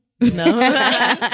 No